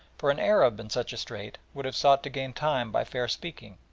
for an arab in such a strait would have sought to gain time by fair-speaking,